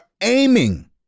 aiming